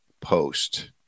Post